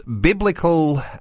biblical